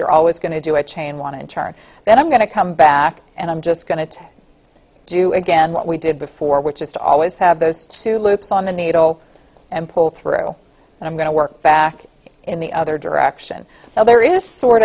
you're always going to do a chain want to turn then i'm going to come back and i'm just going to do again what we did before which is to always have those two loops on the needle and pull through and i'm going to work back in the other direction there is sort